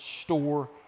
store